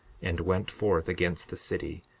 and went forth against the city,